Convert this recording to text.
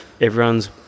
everyone's